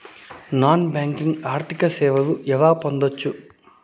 Non banking ఆర్థిక సేవలు ఎలా పొందొచ్చు?